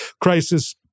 crisis